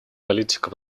политика